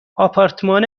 آپارتمان